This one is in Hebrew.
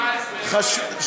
לדעתי 2017. 2017,